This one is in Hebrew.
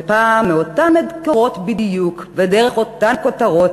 ופעם, מאותם מקורות בדיוק, ודרך אותן כותרות,